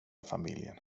familjen